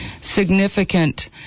significant